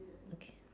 okay